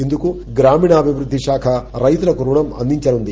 ఇందుకు గ్రామీణ అభివృద్ధి శాఖ రైతులకు రుణం అందించనుంది